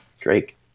Drake